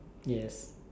yes